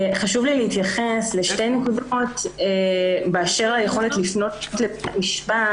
חשוב לי להתייחס לשתי נקודות באשר ליכולת לפנות לבית המשפט.